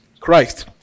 Christ